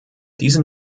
diesen